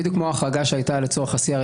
בדיוק כמו ההחרגה שהיתה לצורך ה-CRS